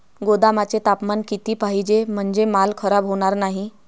गोदामाचे तापमान किती पाहिजे? म्हणजे माल खराब होणार नाही?